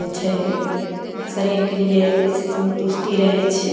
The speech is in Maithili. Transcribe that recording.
जे छै शरीरके लिए जे छै सन्तुष्टि रहय छै